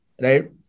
Right